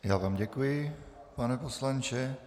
Já vám děkuji, pane poslanče.